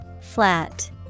Flat